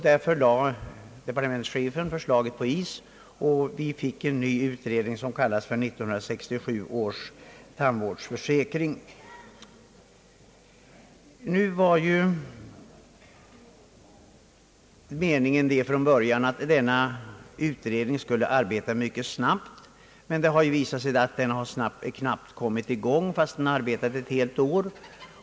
Därför lade departementschefen förslaget på is, och vi fick en ny utredning som kallas 1967 års folktandvårdsutredning. Från början var meningen att denna utredning skulle arbeta mycket snabbt, men det har visat sig, att den knappt kommit i gång, fastän den arbetat ett helt år.